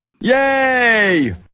Yay